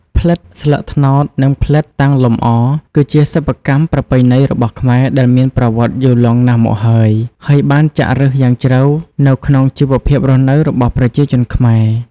ផ្លិតស្លឹកត្នោត និងផ្លិតតាំងលម្អ គឺជាសិប្បកម្មប្រពៃណីរបស់ខ្មែរដែលមានប្រវត្តិយូរលង់ណាស់មកហើយ ហើយបានចាក់ឫសយ៉ាងជ្រៅនៅក្នុងជីវភាពរស់នៅរបស់ប្រជាជនខ្មែរ។